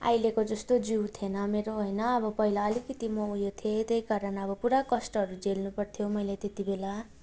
अहिलेको जस्तो जिउ थिएन मेरो होइन पहिला अलिकति म उयो थिएँ त्यही कारण अब पुरा कष्टहरू झेल्नु पर्थ्यो मैले त्यतिबेला